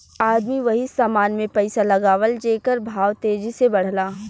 आदमी वही समान मे पइसा लगावला जेकर भाव तेजी से बढ़ला